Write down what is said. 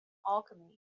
alchemy